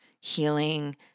healing